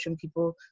people